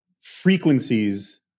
frequencies